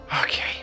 okay